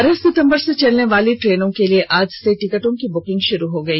बारह सितंबर से चलने वाली ट्रेनों के लिए आज से टिकटों की बुकिंग शुरू हो गई